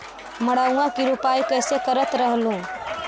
मड़उआ की रोपाई कैसे करत रहलू?